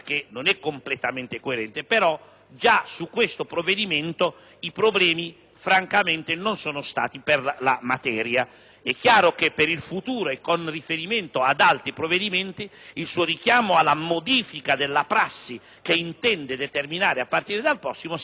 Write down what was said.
già su questo provvedimento i problemi francamente non ci sono stati per la materia. È chiaro che per il futuro, e con riferimento ad altri provvedimenti, il suo richiamo alla modifica della prassi che intende determinare a partire dal prossimo provvedimento secondo me è soddisfacente perché